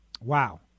Wow